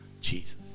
Jesus